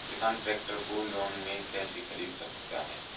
किसान ट्रैक्टर को लोन में कैसे ख़रीद सकता है?